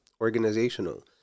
organizational